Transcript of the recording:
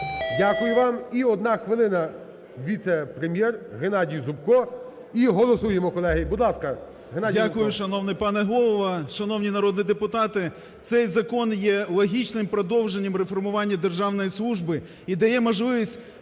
Дякую вам. І одна хвилина віце-прем'єр Геннадій Зубко. І голосуємо, колеги. Будь ласка, Геннадій Зубко. 18:10:47 ЗУБКО Г.Г. Дякую, шановний пане Голово, шановні народні депутати, цей закон є логічним продовженням реформування державної служби і дає можливість